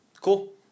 cool